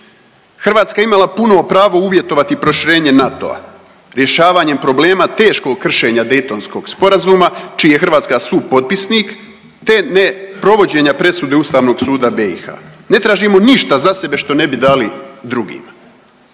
Hrvatska je imala puno pravo uvjetovati proširenje NATO-a rješavanjem problema teškog kršenja Dejtonskog sporazuma čiji je Hrvatska supotpisnik te ne provođenja presude Ustavnog suda BiH. Ne tražimo ništa za sebe što ne bi dali drugima.